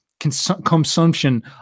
consumption